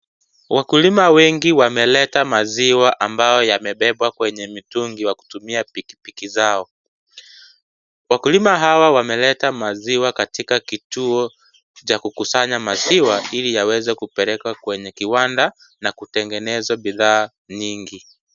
Wakulima wengi wameleta maziwa ambao yamebebwa kwenye mitungi kwa kutumia pikipiki zao. Wakulima hawa wameleta maziwa katika kituo cha kukusanya maziwa ili yaweze kupelekwa kwenye kiwanda na kutengeneza bidhaa nyingi.